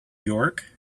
york